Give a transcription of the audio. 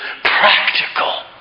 practical